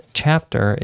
chapter